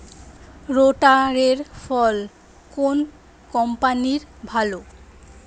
রোটারের ফল কোন কম্পানির ভালো?